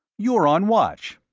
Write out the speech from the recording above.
you're on watch.